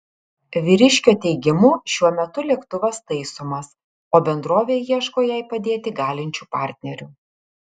vyriškio teigimu šiuo metu lėktuvas taisomas o bendrovė ieško jai padėti galinčių partnerių